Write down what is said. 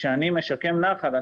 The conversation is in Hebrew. כשאני משקם נחל,